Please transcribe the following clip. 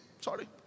sorry